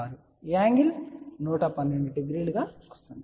56 angle 1120 గా వస్తుంది